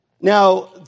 Now